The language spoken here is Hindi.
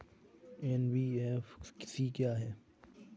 एन.बी.एफ.सी क्या है?